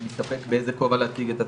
אני מתלבט באיזה כובע להציג את עצמי,